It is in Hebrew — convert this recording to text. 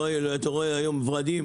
אתה רואה היום ורדים,